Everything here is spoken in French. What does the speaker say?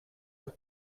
eux